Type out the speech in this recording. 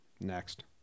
Next